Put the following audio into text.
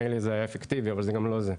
מילא, זה היה אפקטיבי אבל זה גם לא זה.